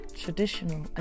traditional